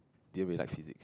didn't really like physics